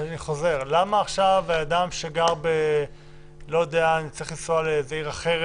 אבל אני חוזר: למה עכשיו בן-אדם שגר בלא-יודע צריך לנסוע לעיר אחרת,